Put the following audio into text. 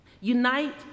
Unite